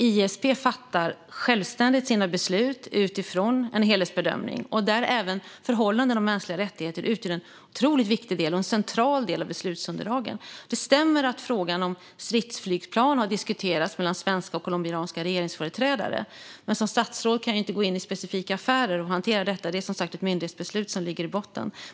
ISP fattar självständigt sina beslut utifrån en helhetsbedömning. Där utgör även förhållandena när det gäller mänskliga rättigheter en otroligt viktig och central del av beslutsunderlagen. Det stämmer att frågan om stridsflygplan har diskuterats mellan svenska och colombianska regeringsföreträdare. Men som statsråd kan jag inte gå in i specifika affärer. Det är som sagt ett myndighetsbeslut som ligger i botten.